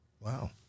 Wow